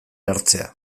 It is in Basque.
hartzea